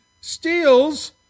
steals